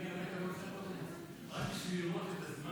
אני הרבה פעמים גם נוסע באוטובוס רק בשביל לראות את הזמן,